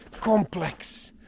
complex